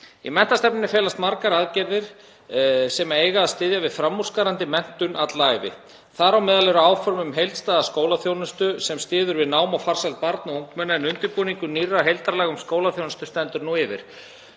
Í menntastefnunni felast margar aðgerðir sem eiga að styðja við framúrskarandi menntun alla ævi. Þar á meðal eru áform um heildstæða skólaþjónustu sem styður við nám og farsæld barna og ungmenna, en undirbúningur nýrra heildarlaga um skólaþjónustu stendur nú yfir.